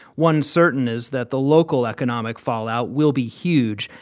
one certain is that the local economic fallout will be huge.